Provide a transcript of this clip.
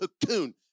cocoon